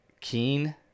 Keen